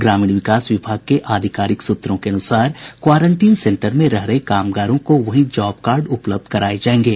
ग्रामीण विकास विभाग के आधिकारिक सूत्रों के अनुसार क्वारंटीन सेंटर में रह रहे कामगारों को वहीं जॉब कार्ड उपलब्ध कराये जायेंगे